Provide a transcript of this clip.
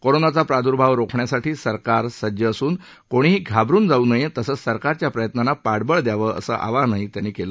कोरोनाचा प्रादुर्भाव रोखण्यासाठी सरकार सज्ज असून कोणीही घाबरून जाऊ नये तसंच सरकारच्या प्रयत्नांना पाठबळ द्यावं असं आवाहनही त्यांनी केलं